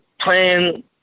playing